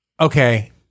okay